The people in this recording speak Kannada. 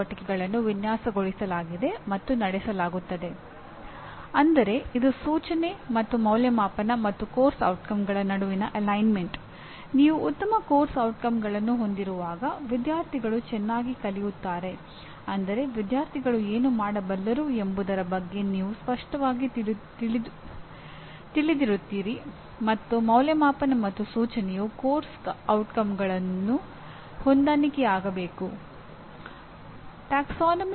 ಪಠ್ಯಕ್ರಮದ ಪರಿಣಾಮಗಳ ಬಗ್ಗೆ ನಾವು ಈಗ ಮಾತನಾಡದೆ ನಾವು ಏನನ್ನು ಸಾಧಿಸಲು ಪ್ರಯತ್ನಿಸುತ್ತಿದ್ದೇನೆ ಎಂಬುದನ್ನು ನಮೂದಿಸೋಣ